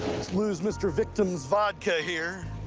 lose mr. victim's vodka here.